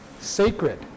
sacred